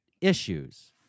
issues